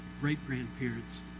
great-grandparents